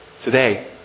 today